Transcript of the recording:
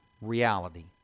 reality